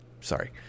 Sorry